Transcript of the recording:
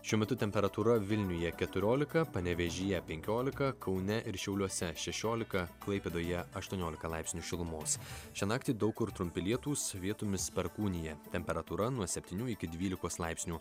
šiuo metu temperatūra vilniuje keturiolika panevėžyje penkiolika kaune ir šiauliuose šešiolika klaipėdoje aštuoniolika laipsnių šilumos šią naktį daug kur trumpi lietūs vietomis perkūnija temperatūra nuo septynių iki dvylikos laipsnių